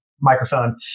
microphone